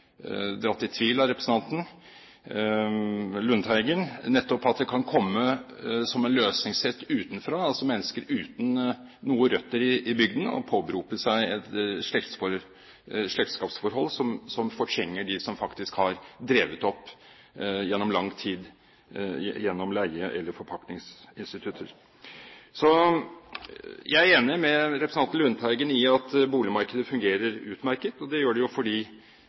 i tvil av representanten Lundteigen at det kan komme som en løsning sett utenfra mennesker uten noen røtter i bygda som påberoper seg et slektskapsforhold, og som fortrenger dem som faktisk har drevet bruket opp gjennom lang tid, gjennom leie- eller forpaktningsinstitutter. Jeg er enig med representanten Lundteigen i at boligmarkedet fungerer utmerket. Det gjør det jo